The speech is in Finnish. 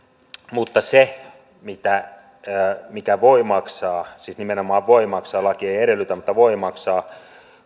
mutta se mikä voi maksaa siis nimenomaan voi maksaa laki ei edellytä mutta voi maksaa on se että